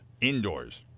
Indoors